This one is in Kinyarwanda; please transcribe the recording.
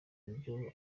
ibyo